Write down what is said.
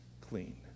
clean